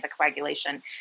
anticoagulation